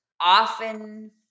Often